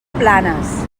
planes